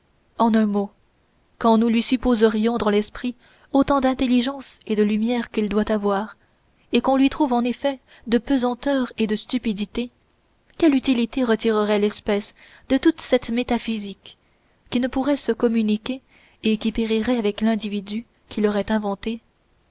en un mot quand nous lui supposerions dans l'esprit autant d'intelligence et de lumières qu'il doit avoir et qu'on lui trouve en effet de pesanteur et de stupidité quelle utilité retirerait l'espèce de toute cette métaphysique qui ne pourrait se communiquer et qui périrait avec l'individu qui l'aurait inventée